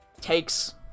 takes